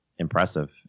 impressive